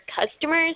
customers